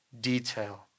detail